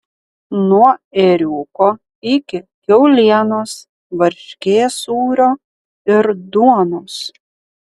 nuo ėriuko iki kiaulienos varškės sūrio ir duonos